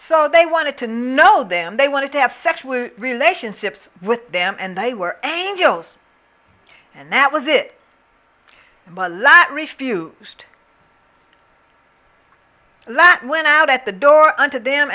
so they wanted to know them they wanted to have sexual relationships with them and they were angels and that was it but a lot refused lot went out at the door unto them